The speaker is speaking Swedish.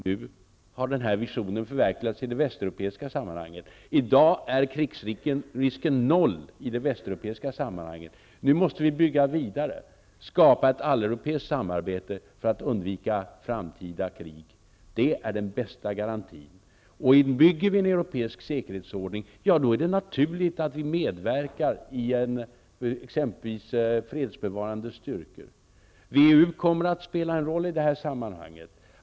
Nu har den här visionen förverkligats i det västeuropeiska sammanhanget -- i dag är krigsrisken noll därvidlag. Nu måste vi bygga vidare, skapa ett alleuropeiskt samarbete för att undvika framtida krig. Det är den bästa garantin. Och bygger vi en europeisk säkerhetsordning -- ja, då är det naturligt att vi medverkar exempelvis i fredsbevarande styrkor. WEU kommer att spela en roll i det här sammanhanget.